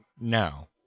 No